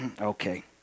okay